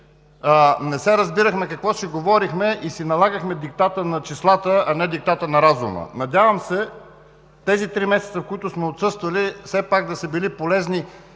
не се разбирахме какво си говорим и си налагахме диктата на числата, а не диктата на разума. Надявам се, че тези три месеца, в които сме отсъствали, все пак да са били полезни